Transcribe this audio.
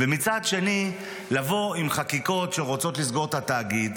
ומצד שני לבוא עם חקיקות שרוצות לסגור את התאגיד,